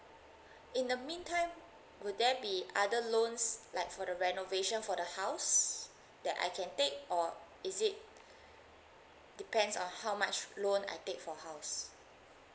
in the meantime will there be other loans like for the renovation for the house that I can take or is it depends on how much loan I take for house